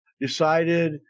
decided